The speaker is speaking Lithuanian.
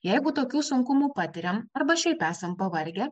jeigu tokių sunkumų patiriam arba šiaip esam pavargę